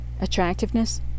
attractiveness